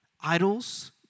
idols